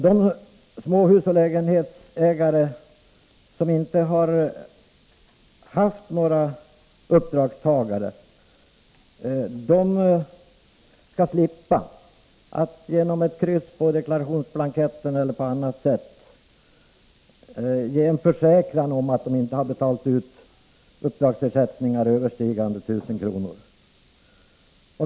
De småhusoch lägenhetsägare som inte har anlitat några uppdragstagare skall befrias från skyldigheten att markera detta med ett kryss på deklarationsblanketten eller på annat sätt ge en försäkran om att de inte har betalat ut uppdragsersättningar överstigande 1 000 kr.